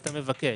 אתה מבקש.